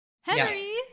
Henry